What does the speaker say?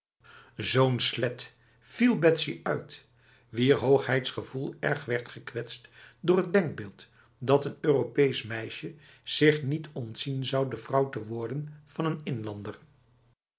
zo'n slet viel betsy uit wier hoogheidsgevoel erg werd gekwetst door het denkbeeld dat een europees meisje zich niet ontzien zou de vrouw te worden van een inlander